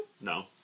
No